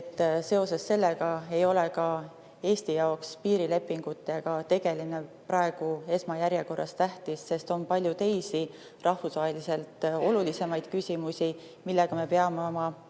seoses sellega ei ole ka Eesti jaoks piirilepingutega tegelemine praegu esmajärjekorras tähtis, sest on palju teisi, rahvusvaheliselt olulisemaid küsimusi, millega me peame oma